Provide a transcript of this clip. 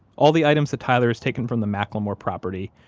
all the items that tyler has taken from the mclemore property,